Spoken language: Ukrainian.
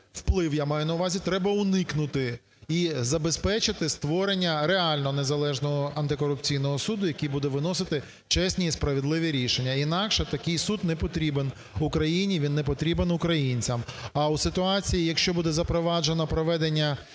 вплив я маю на увазі – треба уникнути і забезпечити створення реально незалежного антикорупційного суду, який буде виносити чесні і справедливі рішення. Інакше такий суд не потрібен Україні, він не потрібен українцям. А у ситуації, якщо буде запроваджено проведення